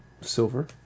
silver